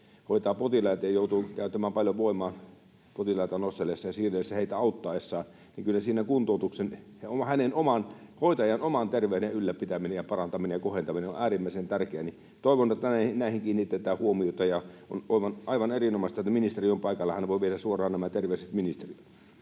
hoitaa potilaita ja joutuu käyttämään paljon voimaa potilaita nostellessa ja siirrellessä, heitä auttaessaan, niin kyllä siinä kuntoutus ja hoitajan oman terveyden ylläpitäminen ja parantaminen ja kohentaminen on äärimmäisen tärkeää. Toivon, että näihin kiinnitetään huomiota, ja on aivan erinomaista, että ministeri on paikalla, niin hän voi viedä suoraan nämä terveiset ministeriöön.